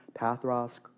Pathros